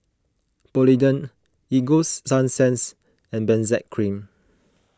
Polident Ego Sunsense and Benzac Cream